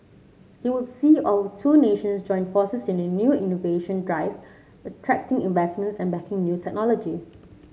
it will see our two nations join forces in a new innovation drive attracting investments and backing new technology